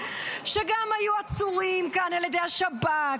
שגם היו עצורים כאן על ידי השב"כ.